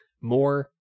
More